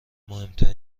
مهمتر